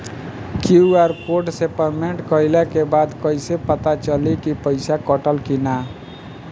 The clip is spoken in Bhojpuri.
क्यू.आर कोड से पेमेंट कईला के बाद कईसे पता चली की पैसा कटल की ना?